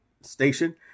station